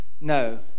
No